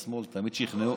בשמאל תמיד שכנעו,